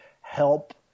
help